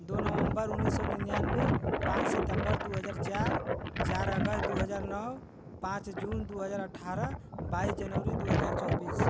दो नवम्बर उन्नीस सौ निन्यानवे पाँच सितम्बर दो हज़ार चार चार अगस दो हज़ार नौ पाँच जून दो हज़ार अठारह बाइस जनवरी दो हज़ार चौबीस